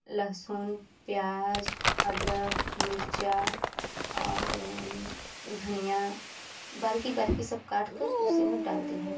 लहसुन प्याज अदरक मिरचा और धनिया बारीक बारीक सब काट कर उसी में डाल दिये